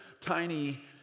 tiny